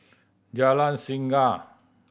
Jalan Singa